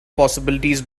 possibilities